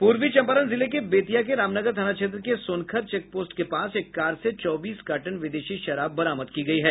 पूर्वी चम्पारण जिले के बेतिया के रामनगर थाना क्षेत्र के सोनखर चेकपोस्ट के पास एक कार से चौबीस कार्टन विदेशी शराब बरामद किया गया है